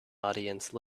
audience